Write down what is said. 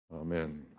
Amen